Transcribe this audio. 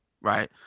right